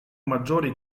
maggiori